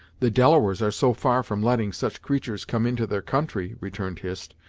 the delawares are so far from letting such creatures come into their country, returned hist,